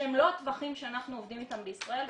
שהם לא הטווחים שאנחנו עובדים איתם בישראל.